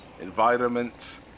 environment